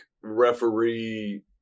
referee